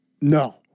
no